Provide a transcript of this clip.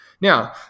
Now